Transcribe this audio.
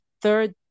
third